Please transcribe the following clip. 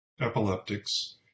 epileptics